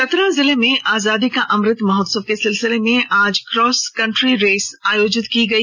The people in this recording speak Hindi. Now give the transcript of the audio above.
चतरा जिले में आजादी का अमृत महोत्सव के सिलसिले में आज क्रॉस कंट्री रेस आयोजित की गई